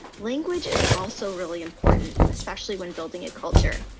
language is also really important, especially when building a culture.